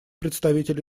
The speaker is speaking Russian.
представитель